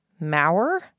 Mauer